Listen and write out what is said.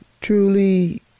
truly